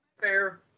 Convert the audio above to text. Fair